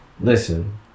Listen